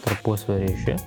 tarpusavio ryšiai